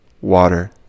water